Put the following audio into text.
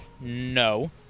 No